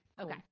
okay